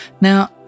now